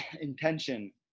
intention